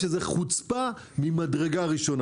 זו חוצפה ממדרגה ראשונה.